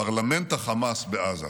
פרלמנט החמאס בעזה.